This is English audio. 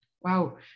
Wow